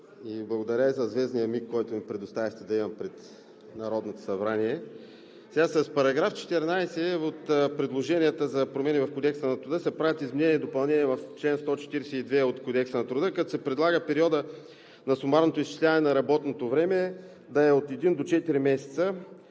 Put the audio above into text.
Благодаря и за звездния миг, който ми предоставихте да имам пред Народното събрание. С § 14 от предложенията за промени в Кодекса на труда се правят изменения и допълнения в чл. 142 от Кодекса на труда, като се предлага периодът на сумарното изчисляване на работното време да е от един до четири месеца,